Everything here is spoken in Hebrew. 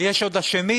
יש עוד אשמים,